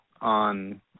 on